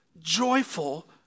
Joyful